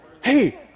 hey